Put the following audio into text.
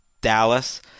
Dallas